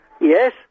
Yes